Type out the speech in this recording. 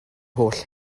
holl